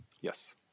Yes